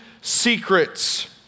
secrets